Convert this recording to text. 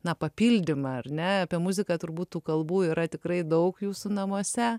na papildymą ar ne apie muziką turbūt tų kalbų yra tikrai daug jūsų namuose